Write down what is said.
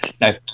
No